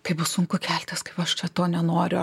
kaip bus sunku keltis kaip aš to nenoriu